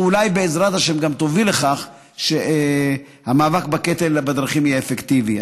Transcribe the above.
שאולי בעזרת השם גם תוביל לכך שהמאבק בקטל בדרכים יהיה אפקטיבי.